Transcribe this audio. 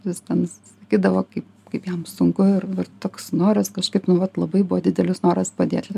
vis ten sakydavo kaip kaip jam sunku ir toks noras kažkaip nu vat labai buvo didelis noras padėti